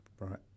right